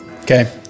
Okay